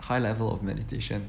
high level of meditation